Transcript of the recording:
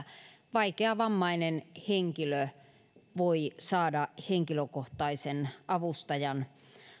vaikeavammainen henkilö voi saada henkilökohtaisen avustajan